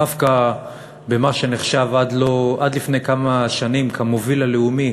דווקא במה שנחשב עד לפני כמה שנים כמוביל הלאומי,